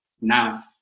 Now